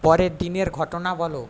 পরের দিনের ঘটনা বলো